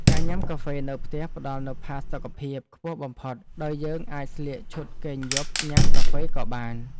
ការញ៉ាំកាហ្វេនៅផ្ទះផ្ដល់នូវផាសុកភាពខ្ពស់បំផុត ដោយយើងអាចស្លៀកឈុតគេងយប់ញ៉ាំកាហ្វេក៏បាន។